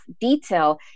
detail